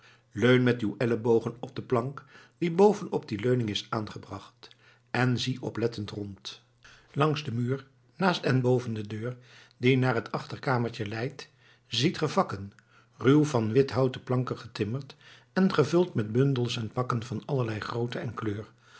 leun met uw ellebogen op de plank die boven op die leuning is aangebracht en zie oplettend rond langs den muur naast en boven de deur die naar het achterkamertje leidt ziet ge vakken ruw van withouten planken getimmerd en gevuld met bundels en pakken van allerlei grootte en kleur